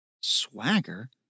Swagger